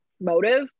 motive